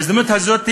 בהזדמנות הזאת,